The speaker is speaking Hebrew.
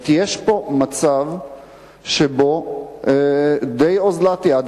יש פה מצב של די אוזלת-יד,